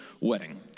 wedding